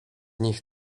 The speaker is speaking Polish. nich